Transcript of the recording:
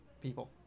people